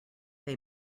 they